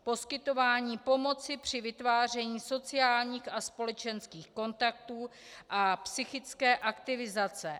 Poskytování pomoci při vytváření sociálních a společenských kontaktů a psychické aktivizace.